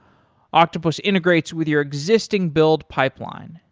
octopus integrates with your existing build pipeline,